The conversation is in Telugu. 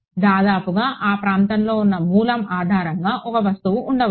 దాదాపుగా ఆ ప్రాంతంలో ఉన్న మూలం ఆధారంగా ఒక వస్తువు ఉండవచ్చు